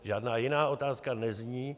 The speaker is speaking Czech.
Žádná jiná otázka nezní.